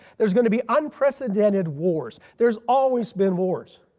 there's going to be unprecedented wars. there's always been wars.